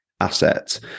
asset